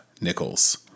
Nichols